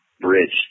bridge